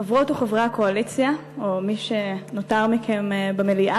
חברות או חברי הקואליציה, או מי שנותר מכם במליאה,